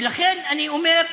ולכן אני אומר,